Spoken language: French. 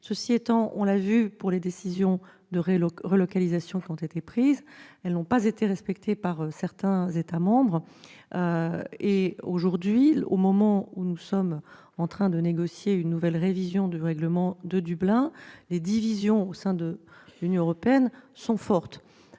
Toutefois, on l'a vu, les décisions de relocalisation n'ont pas été respectées par certains États membres. Aujourd'hui, au moment où nous sommes en train de négocier une nouvelle révision du règlement de Dublin, les divisions au sein de l'Union européenne sont fortes.